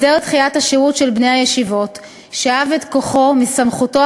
הסדר דחיית השירות של בני הישיבות שאב את כוחו מסמכותו